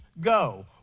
go